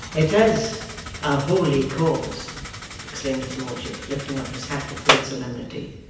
it is a holy cause exclaimed his lordship, lifting up his hat with great solemnity.